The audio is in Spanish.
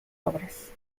obras